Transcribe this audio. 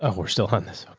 ah we're still on this. okay,